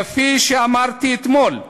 כפי שאמרתי אתמול,